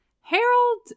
harold